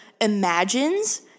imagines